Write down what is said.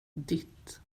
ditt